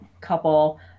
couple